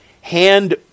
hand